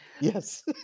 Yes